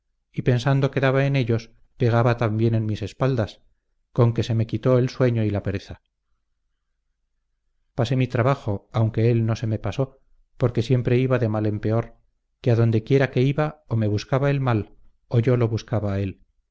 y pensando que daba en ellos pegaba también en mis espaldas con que se me quitó el sueño y la pereza pasé mi trabajo aunque él no se me pasó porque siempre iba de mal en peor que adonde quiera que iba o me buscaba el mal o yo lo buscaba a él